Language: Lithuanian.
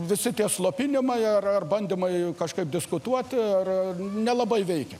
visi tie slopinimai ar ar bandymai kažkaip diskutuoti ar ar nelabai veikia